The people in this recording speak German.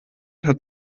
hat